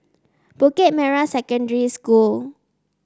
Bukit Merah Secondary School